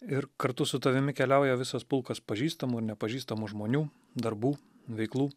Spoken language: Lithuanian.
ir kartu su tavimi keliauja visas pulkas pažįstamų ir nepažįstamų žmonių darbų veiklų